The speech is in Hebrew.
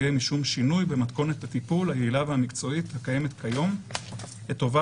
יהיה משום שינוי במתכונת הטיפול היעילה והמקצועית הקיימת כיום לטובת